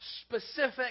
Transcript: specific